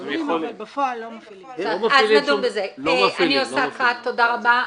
תודה רבה.